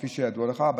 כפי שידוע לך.